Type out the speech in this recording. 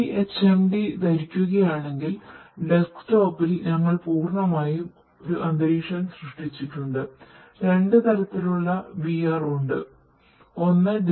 ഈ എച്ച്എംഡി